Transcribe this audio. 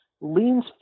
leans